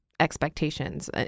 expectations